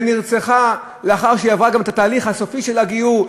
ונרצחה לאחר שהיא עברה גם את התהליך הסופי של הגיור,